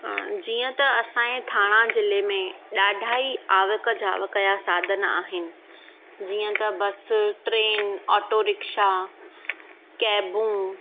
जीअं त असांजे थाणा जिले में ॾाढा ई आवक जावक जा साधन आहिनि जीअं त बसु ट्रेन ऑटो रिक्शा कैबूं